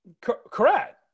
correct